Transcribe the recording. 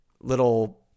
little